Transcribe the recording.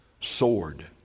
sword